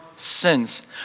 sins